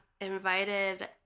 invited